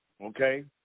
okay